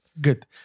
Good